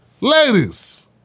Ladies